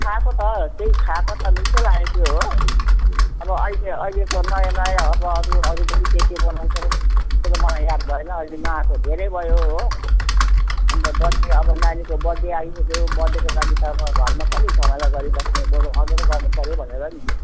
थाहा छ त त्यही खाएको त मिठो लाग्यो त्यो हो अब अहिले अहिलेको नयाँ नयाँ अब अरू अरू पनि के के बनाउँछ त्यो त मलाई याद भएन अहिले नआएको धेरै भयो हो अन्त बर्थ डे अब नानीको बर्थ डे आइसक्यो बर्थडेको लागि त अब घरमा कति झमेला गरिबस्ने बरु अडरै गर्नु पर्यो भनेर नि